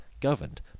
governed